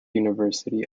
university